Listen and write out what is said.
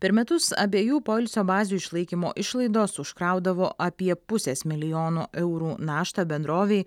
per metus abiejų poilsio bazių išlaikymo išlaidos užkraudavo apie pusės milijono eurų naštą bendrovei